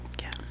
Yes